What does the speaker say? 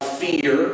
fear